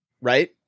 right